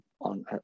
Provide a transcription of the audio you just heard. on